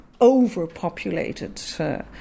overpopulated